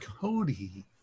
Cody